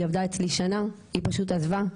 היא עבדה אצלי שנה, היא פשוט עזבה.